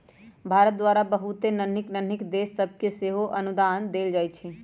भारत द्वारा बहुते नन्हकि नन्हकि देश सभके सेहो अनुदान देल जाइ छइ